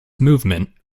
movement